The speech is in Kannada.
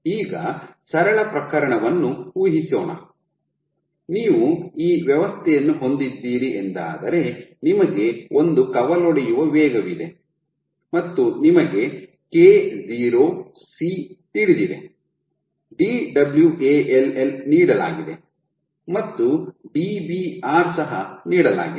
ಈಗ ಸರಳ ಪ್ರಕರಣವನ್ನು ಊಹಿಸೋಣ ನೀವು ಈ ವ್ಯವಸ್ಥೆಯನ್ನು ಹೊಂದಿದ್ದೀರಿ ಎಂದಾದರೆ ನಿಮಗೆ ಒಂದು ಕವಲೊಡೆಯುವ ವೇಗವಿದೆ ಮತ್ತು ನಿಮಗೆ K0 C ತಿಳಿದಿದೆ Dwall ನೀಡಲಾಗಿದೆ ಮತ್ತು Dbr ಸಹ ನೀಡಲಾಗಿದೆ